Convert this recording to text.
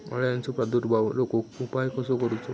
अळ्यांचो प्रादुर्भाव रोखुक उपाय कसो करूचो?